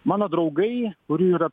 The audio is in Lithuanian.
mano draugai kurių yra